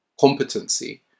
competency